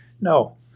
No